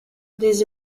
des